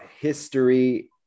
history